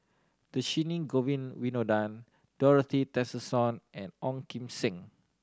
Dhershini Govin Winodan Dorothy Tessensohn and Ong Kim Seng